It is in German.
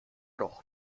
doch